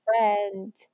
friend